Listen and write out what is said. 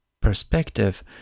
perspective